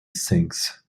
sings